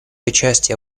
участие